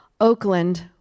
Oakland